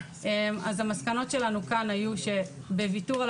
אז המסקנות שלנו כאן היו שבוויתור על